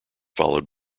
followed